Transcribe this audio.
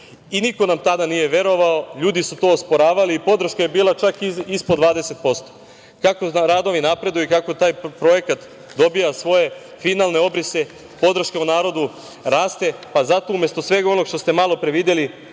i niko nam tada nije verovao, ljudi su to osporavali, podrška je bila čak ispod 20%. Kako radovi napreduju, kako taj projekat dobija svoje finalne obrise, podrška u narodu raste pa zato mesto svega onoga što ste malo pre videli